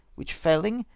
which failing,